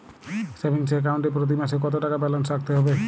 Savings account এ প্রতি মাসে কতো টাকা ব্যালান্স রাখতে হবে?